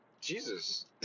Jesus